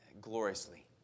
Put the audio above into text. gloriously